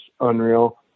unreal